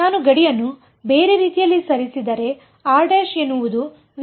ನಾನು ಗಡಿಯನ್ನು ಬೇರೆ ರೀತಿಯಲ್ಲಿ ಸರಿಸಿದರೆ ಎನ್ನುವುದು ಗೆ ಬೀಳುತ್ತದೆ